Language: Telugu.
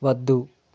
వద్దు